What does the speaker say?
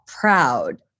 proud